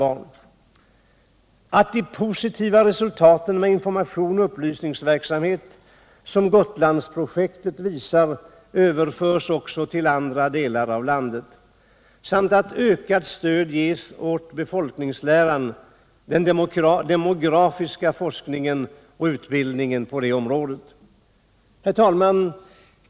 Vidare önskar utskottet: att de positiva resultat med information och upplysningsverksamhet som Gotlandsprojektet visar skall medföra att man använder samma metoder i andra delar av landet, att ökat stöd ges åt befolkningsläran — den demografiska forskningen — och utbildningen på detta område. Herr talman!